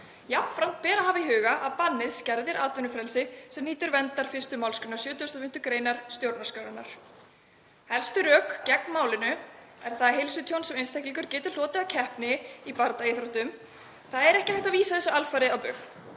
Jafnframt ber að hafa í huga að bannið skerðir atvinnufrelsi sem nýtur verndar 1. mgr. 75. gr. stjórnarskrárinnar. Helstu rök gegn málinu er það heilsutjón sem einstaklingar geti hlotið af keppni í bardagaíþróttum. Það er ekki hægt að vísa þessu alfarið á bug